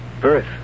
Birth